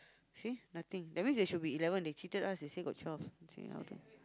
see nothing that means it should be eleven they cheated us they say got twelve